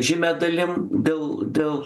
žymia dalim dėl dėl